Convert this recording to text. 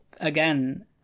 again